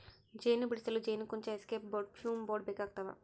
ಜೇನು ಬಿಡಿಸಲು ಜೇನುಕುಂಚ ಎಸ್ಕೇಪ್ ಬೋರ್ಡ್ ಫ್ಯೂಮ್ ಬೋರ್ಡ್ ಬೇಕಾಗ್ತವ